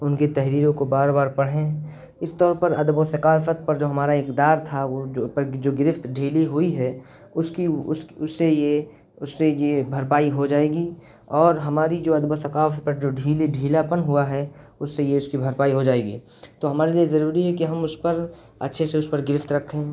ان کے تحریروں کو بار بار پڑھیں اس طور پر ادب و ثقافت پر ہمارا جو اقدار تھا پر جو گرفت ڈھیلی ہوئی ہے اس کی اسے یہ اس سے یہ بھرپائی ہو جائے گی اور ہماری جو ادب و ثقافت جو ڈھیلی ڈھیلاپن ہوا ہے اس سے یہ اس کی بھرپائی ہو جائے گی تو ہمارے لیے ضروری ہے کہ ہم اچھے سے اس پر گرفت رکھیں